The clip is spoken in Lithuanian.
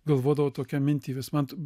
galvodavau tokią mintį vis man